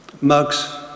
Mugs